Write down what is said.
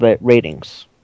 ratings